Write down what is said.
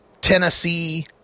Tennessee